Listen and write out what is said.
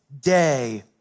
day